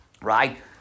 Right